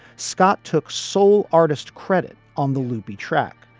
scott took sole artist credit on the lupi track.